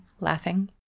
laughing